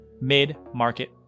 mid-market